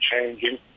changing